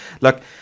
Look